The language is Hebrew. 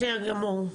בסדר גמור,